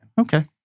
Okay